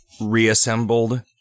reassembled